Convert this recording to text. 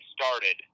started